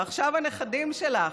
ועכשיו הנכדים שלך,